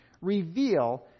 reveal